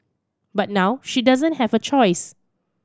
but now she doesn't have a choice